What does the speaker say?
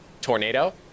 tornado